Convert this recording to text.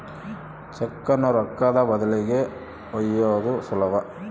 ಚೆಕ್ಕುನ್ನ ರೊಕ್ಕದ ಬದಲಿಗಿ ಒಯ್ಯೋದು ಸುಲಭ